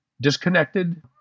disconnected